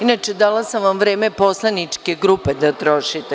Inače, dala sam vam vreme poslaničke grupe da trošite.